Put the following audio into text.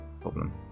problem